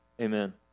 amen